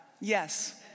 Yes